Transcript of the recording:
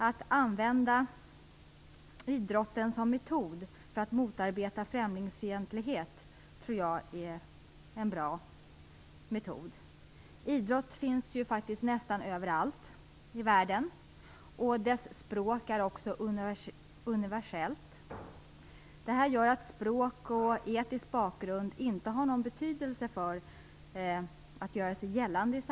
Att använda idrotten för att motarbeta främlingsfientlighet tror jag är en bra metod. Idrott finns ju nästan överallt i världen, och dess språk är universellt. Detta gör att språk och etnisk bakgrund inte har någon betydelse för den som vill göra sig gällande.